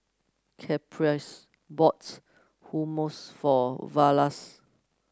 Caprice Hummus for Vlasta